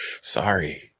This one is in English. Sorry